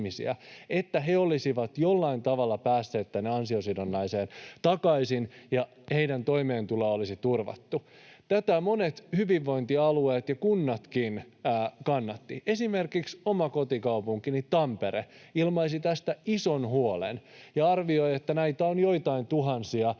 että he olisivat jollain tavalla päässeet tänne ansiosidonnaiseen takaisin ja heidän toimeentulonsa olisi turvattu. Tätä monet hyvinvointialueet ja kunnatkin kannattivat. Esimerkiksi oma kotikaupunkini Tampere ilmaisi tästä ison huolen ja arvioi, että näitä on joitain tuhansia